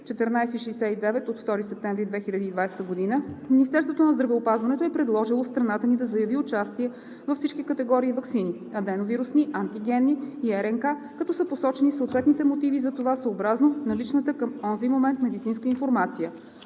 изх. № 03-08-1469/02.09.2020 г., Министерството на здравеопазването е предложило страната ни да заяви участие във всички категории ваксини – аденовирусни, антигенни и РНК, като са посочени съответните мотиви за това съобразно наличната към онзи момент медицинска информация.